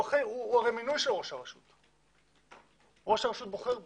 הרי הוא מינוי של ראש הרשות, ראש הרשות בוחר בו.